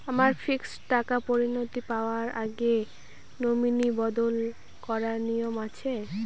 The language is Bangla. আমার ফিক্সড টাকা পরিনতি পাওয়ার আগে নমিনি বদল করার নিয়ম আছে?